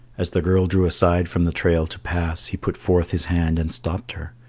as the girl drew aside from the trail to pass, he put forth his hand and stopped her.